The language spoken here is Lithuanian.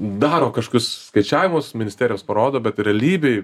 daro kažkokius skaičiavimus ministerijos parodo bet realybėj